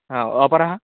हा अपरः